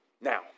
Now